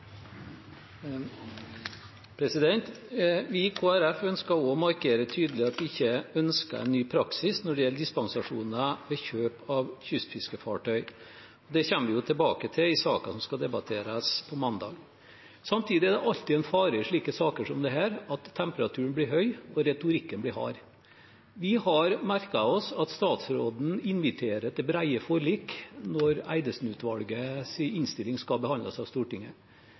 Vi i Kristelig Folkeparti ønsker også å markere tydelig at vi ikke ønsker en ny praksis når det gjelder dispensasjon for kjøp av kystfiskefartøy. Det kommer vi tilbake til i saken som skal debatteres på mandag. Samtidig er det alltid en fare i slike saker som dette at temperaturen blir høy og retorikken blir hard. Vi har merket oss at statsråden inviterer til brede forlik når Eidesen-utvalgets innstilling skal behandles av Stortinget.